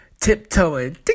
tiptoeing